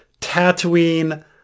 Tatooine